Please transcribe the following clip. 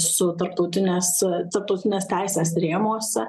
su tarptautinės tarptautinės teisės rėmuose